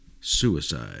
suicide